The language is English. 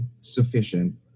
sufficient